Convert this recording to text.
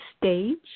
stage